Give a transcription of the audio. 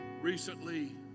recently